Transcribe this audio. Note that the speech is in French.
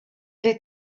des